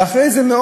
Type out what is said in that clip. ואחרי זה,